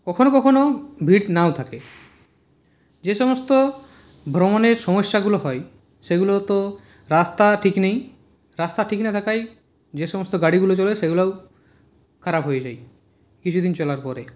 কখনও কখনও ভিড় নাও থাকে যে সমস্ত ভ্রমণের সমস্যাগুলো হয় সেগুলো তো রাস্তা ঠিক নেই রাস্তা ঠিক না থাকায় যে সমস্ত গাড়িগুলো চলে সেগুলোও খারাপ হয়ে যায় কিছুদিন চলার পরে